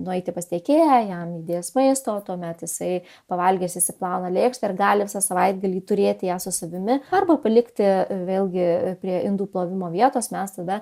nueiti pas tiekėją jam įdės maisto tuomet jisai pavalgęs išsiplauna lėkštę ir gali visą savaitgalį turėti ją su savimi arba palikti vėlgi prie indų plovimo vietos mes tada